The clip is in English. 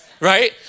Right